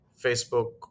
Facebook